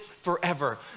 forever